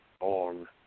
on